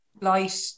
light